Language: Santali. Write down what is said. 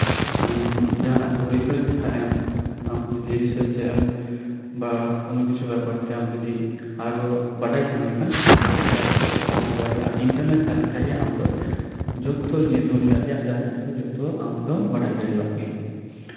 ᱟᱢ ᱡᱟᱦᱟᱱᱟᱜ ᱠᱚᱢ ᱨᱤᱥᱟᱨᱪ ᱠᱷᱟᱱᱮᱢ ᱟᱢ ᱡᱚᱫᱤ ᱨᱤᱥᱟᱨᱪ ᱥᱮᱫ ᱮᱢ ᱵᱟ ᱠᱳᱱᱳ ᱠᱤᱪᱷᱩ ᱵᱮᱯᱟᱨ ᱛᱮ ᱟᱢ ᱡᱚᱫᱤ ᱟᱨᱦᱚᱸ ᱵᱟᱰᱟᱭ ᱥᱟᱱᱟ ᱢᱮᱠᱷᱟᱱ ᱛᱟᱦᱞᱮ ᱞᱮᱯᱴᱚᱯ ᱢᱳᱵᱟᱭᱤᱞ ᱟᱨ ᱤᱱᱴᱟᱨᱱᱮᱴ ᱛᱟᱦᱮᱸ ᱞᱮᱱ ᱠᱷᱟᱱᱜᱮ ᱡᱷᱚᱛᱚ ᱱᱚᱶᱟ ᱫᱩᱱᱭᱟᱹ ᱨᱮᱱᱟᱜ ᱡᱟ ᱦᱮᱱᱟᱜ ᱟᱠᱟᱫ ᱡᱷᱚᱛᱚ ᱟᱢ ᱫᱚᱢ ᱵᱟᱲᱟᱭ ᱫᱟᱲᱮᱭᱟᱜ ᱜᱮᱭᱟ